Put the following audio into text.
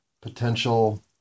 potential